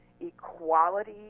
equality